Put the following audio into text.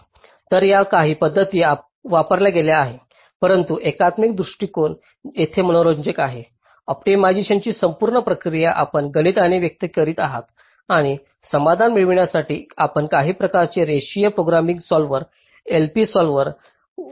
तर या काही पद्धती वापरल्या गेल्या आहेत परंतु एकात्मिक दृष्टिकोन येथे मनोरंजक आहे ऑप्टिमायझेशनची संपूर्ण प्रक्रिया आपण गणिताने व्यक्त करीत आहात आणि समाधान मिळविण्यासाठी आपण काही प्रकारचे रेषीय प्रोग्रामिंग सॉल्व्हर LP सॉल्व्हर वापरत आहात